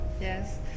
yes